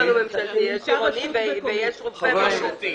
מה שתגידו...